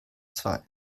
zwei